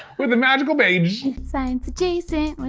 with the magical baydge. science adjacent